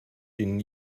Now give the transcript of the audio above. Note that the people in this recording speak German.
den